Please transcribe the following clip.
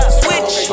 switch